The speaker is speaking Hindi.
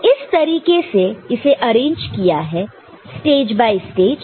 तो इस तरीके से इसे अरेंज किया है स्टेज बाइ स्टेज